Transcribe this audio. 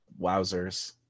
Wowzers